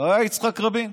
היה יצחק רבין.